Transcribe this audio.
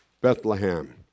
Bethlehem